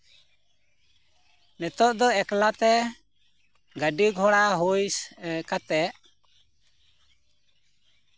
ᱱᱤᱛᱳᱜ ᱫᱚ ᱮᱠᱞᱟ ᱛᱮ ᱜᱟᱹᱰᱤ ᱜᱷᱚᱲᱟ ᱦᱩᱭ ᱠᱟᱛᱮᱫ